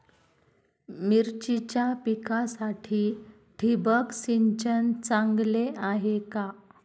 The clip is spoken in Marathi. मिरचीच्या पिकासाठी ठिबक सिंचन चांगले आहे का?